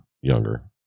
younger